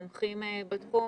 מומחים בתחום,